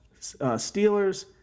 Steelers